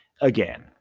Again